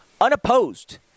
unopposed